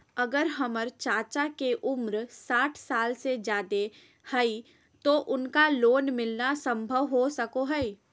अगर हमर चाचा के उम्र साठ साल से जादे हइ तो उनका लोन मिलना संभव हो सको हइ?